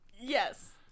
Yes